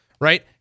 right